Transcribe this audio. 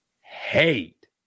hate